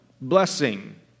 Blessing